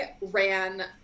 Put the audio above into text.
ran